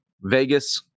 Vegas